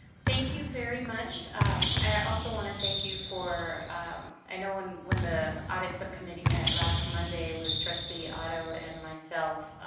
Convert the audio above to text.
thank you very much i also want to thank you for i know when when the audit subcommittee met last monday with trustee otto and myself